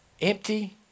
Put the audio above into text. Empty